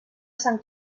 sant